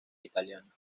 italiana